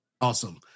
Awesome